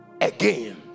again